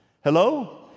hello